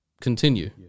continue